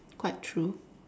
quite true